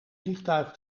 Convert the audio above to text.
vliegtuig